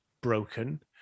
broken